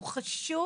הוא חשוב